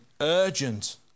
urgent